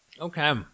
Okay